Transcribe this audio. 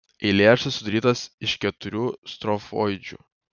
eilėraštis sudarytas iš keturių strofoidžių